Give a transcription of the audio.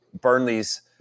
Burnley's